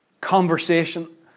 conversation